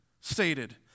stated